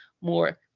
more